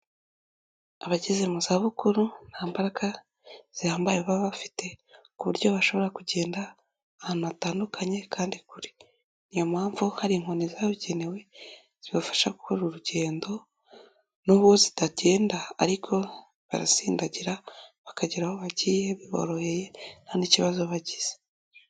Abageze mu za bukuru nta mbaraga zihambaye baba bafite ku buryo bashobora kugenda ahantu hatandukanye kandi kure, ni yo mpamvu hari inkoni zabugenewe zibafasha gukora urugendo, n'ubwo zitagenda ariko barasindagira bakagera aho bagiye biboroheye nta n'ikibazo bagize.